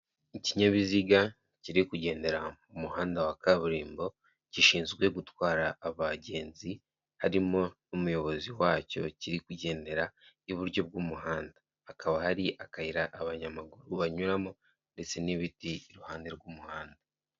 Ikinyabiziga kiri kugendera mu muhanda wa kaburimbo gishinzwe gutwara abagenzi, harimo n'umuyobozi wacyo kiri kugendera iburyo bw'umuhanda, hakaba hari akayira abanyamaguru banyuramo ndetse n'ibiti iruhande rw'umuhanda.